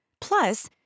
Plus